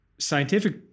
scientific